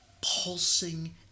pulsing